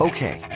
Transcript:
Okay